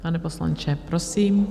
Pane poslanče, prosím.